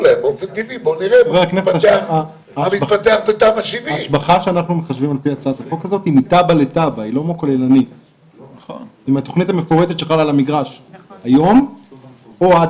משביחה, הסכמנו שזו תכנית שקרתה אחרי